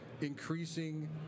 increasing